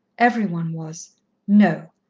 every one was no!